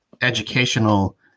educational